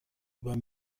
über